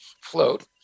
float